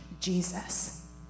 Jesus